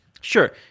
sure